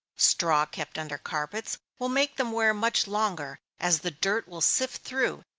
straw kept under carpets, will make them wear much longer, as the dirt will sift through,